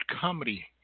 Comedy